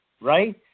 right